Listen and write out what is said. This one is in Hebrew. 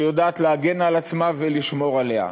שיודעת להגן על עצמה ולשמור עליה,